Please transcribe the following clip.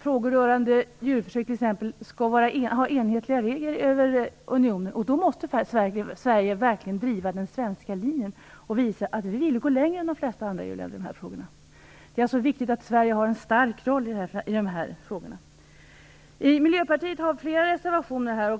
frågor rörande t.ex. djurförsök att det skall vara enhetliga regler i unionen. Då måste Sverige verkligen driva den svenska linjen och visa att vi vill gå längre än de flesta andra EU-länder i dessa frågor. Det är alltså viktigt att Sverige har en stark roll i detta sammanhang. Vi i Miljöpartiet har avgivit flera reservationer.